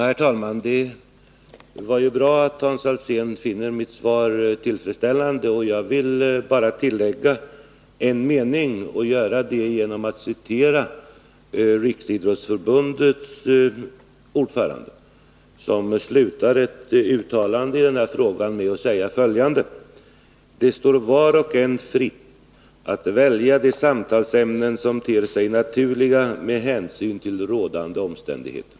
Herr talman! Det var bra att Hans Alsén finner mitt svar tillfredsställande. Jag vill bara tillägga en mening och göra det genom att citera Riksidrottsförbundets ordförande, som slutar ett uttalande i den här frågan med att säga följande: ”Det står var och en fritt att välja de samtalsämnen som ter sig naturliga med hänsyn till rådande omständigheter.”